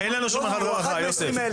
אין לנו שום אנחת רווחה, יוסף.